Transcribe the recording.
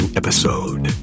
episode